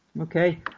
okay